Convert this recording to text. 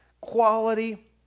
quality